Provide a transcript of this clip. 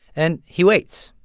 and he waits.